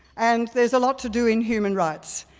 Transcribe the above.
and there's a lot to do in human rights.